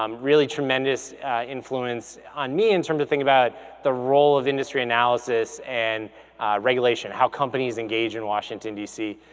um really tremendous influence on me in terms of think about the role of industry analysis and regulation, how companies engage in washington, dc.